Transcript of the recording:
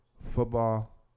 football